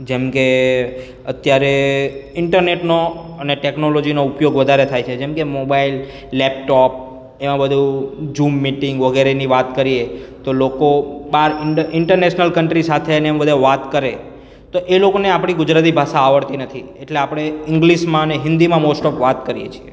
જેમકે અત્યારે ઇન્ટરનેટનો અને ટેકનોલોજીનો ઉપયોગ વધારે થાય છે જેમકે મોબાઈલ લેપટોપ એમાં બધુ ઝુમ મિટિંગ વગેરેની વાત કરીએ તો લોકો બહાર ઇન્ટરનેસનલ કન્ટ્રી સાથે ને એમ બધે વાત કરે તો એ લોકોને આપણી ગુજરાતી ભાષા આવડતી નથી એટલે આપણે ઇંગ્લિશમાં ને હિન્દીમાં મોસ્ટ ઓફ વાત કરીએ છીએ